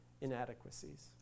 inadequacies